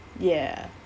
ya